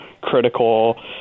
critical